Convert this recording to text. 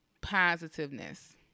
positiveness